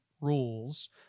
rules